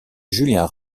julien